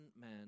man